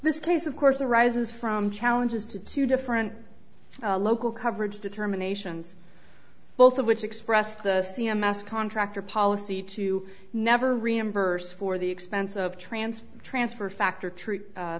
this case of course arises from challenges to two different local coverage determinations both of which express the c m s contract or policy to never reimburse for the expense of transfer transfer factor